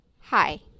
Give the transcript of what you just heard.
Hi